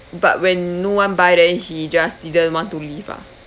but when no one buy then he just didn't want to leave ah